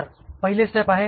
तर ही पहिली स्टेप आहे